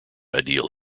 ideal